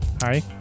Hi